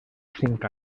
cinc